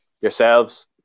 yourselves